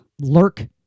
lurk